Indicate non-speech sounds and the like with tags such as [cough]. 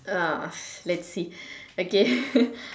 uh let's see okay [laughs]